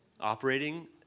Operating